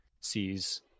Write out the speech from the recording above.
sees